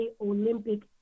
Olympic